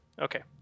Okay